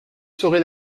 serai